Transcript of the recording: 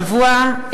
השבוע,